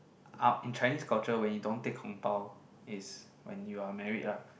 ah in Chinese culture when you don't take 红包 is when you are married lah